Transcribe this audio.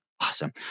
Awesome